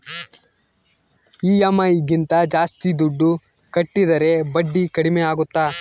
EMI ಗಿಂತ ಜಾಸ್ತಿ ದುಡ್ಡು ಕಟ್ಟಿದರೆ ಬಡ್ಡಿ ಕಡಿಮೆ ಆಗುತ್ತಾ?